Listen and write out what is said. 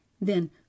then